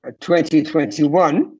2021